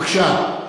בבקשה.